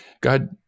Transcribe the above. God